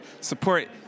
support